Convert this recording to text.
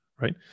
right